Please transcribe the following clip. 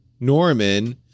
Norman